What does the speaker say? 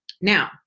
Now